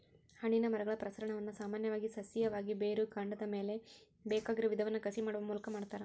ಹಣ್ಣಿನ ಮರಗಳ ಪ್ರಸರಣವನ್ನ ಸಾಮಾನ್ಯವಾಗಿ ಸಸ್ಯೇಯವಾಗಿ, ಬೇರುಕಾಂಡದ ಮ್ಯಾಲೆ ಬೇಕಾಗಿರೋ ವಿಧವನ್ನ ಕಸಿ ಮಾಡುವ ಮೂಲಕ ಮಾಡ್ತಾರ